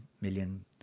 million